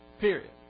Period